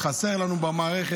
הוא חסר לנו במערכת.